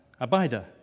Abida